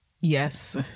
Yes